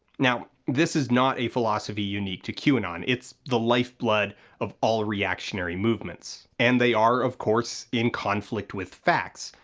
now, this is not a philosophy unique to qanon, it's the lifeblood of all reactionary movements and they are, of course, in conflict with facts.